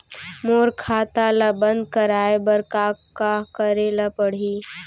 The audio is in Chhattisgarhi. मोर खाता ल बन्द कराये बर का का करे ल पड़ही?